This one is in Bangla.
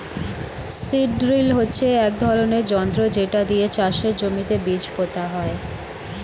সীড ড্রিল হচ্ছে এক ধরনের যন্ত্র যেটা দিয়ে চাষের জমিতে বীজ পোতা হয়